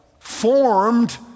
formed